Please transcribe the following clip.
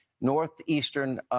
Northeastern